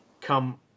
come